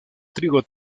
trigo